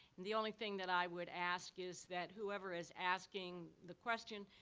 and the only thing that i would ask is that whoever is asking the question,